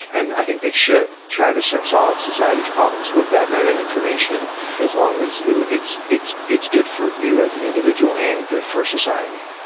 and i think they should try to set solve society's problems with that meta information as long as it's it's good for you as an individual and good for society.